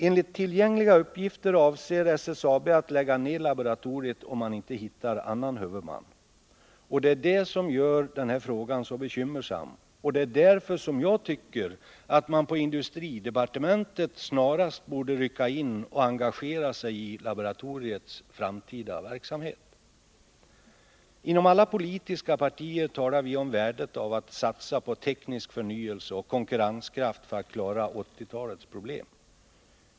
Enligt tillgängliga uppgifter avser SSAB att lägga ned laboratoriet, om man inte hittar en annan huvudman. Det är detta som gör denna fråga så bekymmersam. Och det är anledningen till att jag tycker att man på industridepartementet snarast borde rycka in och engagera sig i laboratoriets framtida verksamhet. Inom alla politiska partier talar vi om värdet av att satsa på teknisk förnyelse och konkurrenskraft för att klara 1980-talets problem.